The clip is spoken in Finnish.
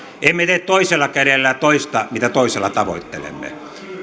emme tee toisella kädellä toista mitä toisella tavoittelemme